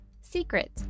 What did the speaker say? Secret